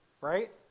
right